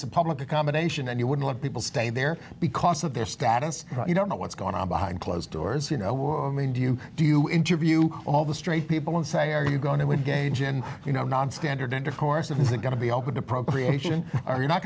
some public accommodation and you wouldn't let people stay there because of their status you don't know what's going on behind closed doors you know will mean do you do you interview all the straight people and say are you going to engage in you know nonstandard intercourse is it going to be open to procreation or you